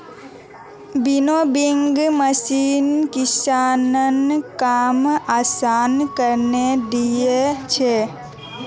winnowing machine किसानेर काम आसान करे दिया छे